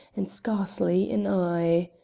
and scarcely an eye.